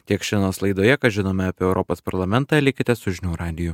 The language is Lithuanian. tiek šiandienos laidoje ką žinome apie europos parlamentą likite su žinių radiju